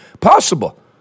possible